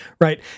right